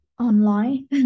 online